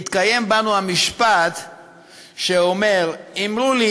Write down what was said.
מתקיים בנו המשפט שאומר: אמרו לי,